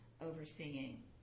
overseeing